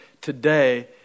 today